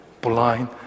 blind